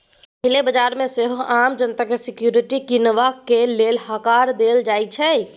पहिल बजार मे सेहो आम जनता केँ सिक्युरिटी कीनबाक लेल हकार देल जाइ छै